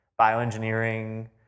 bioengineering